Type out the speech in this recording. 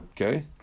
okay